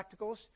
practicals